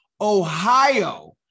Ohio